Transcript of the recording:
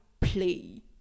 play